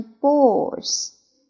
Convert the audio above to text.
balls